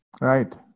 Right